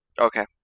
Okay